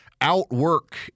outwork